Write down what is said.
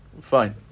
Fine